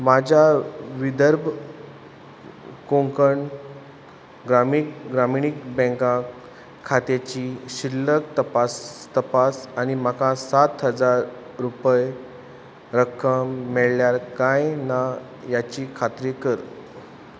म्हज्या विदर्भ कोंकण ग्रामीण ग्रामिणीक बँक खात्याची शिल्लक तपास तपास आनी म्हाका सात हजार रुपया रक्कम मेळ्ळ्या काय ना हाची खात्री कर